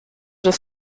des